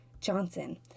Johnson